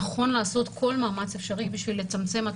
נכון לעשות כל מאמץ אפשרי כדי לצמצם עד